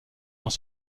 dans